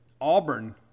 Auburn